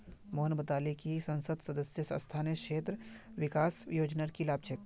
मोहन बताले कि संसद सदस्य स्थानीय क्षेत्र विकास योजनार की लाभ छेक